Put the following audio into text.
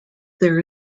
there